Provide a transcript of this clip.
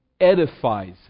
edifies